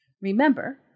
Remember